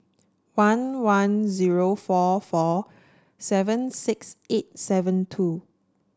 one one zero four four seven six eight seven two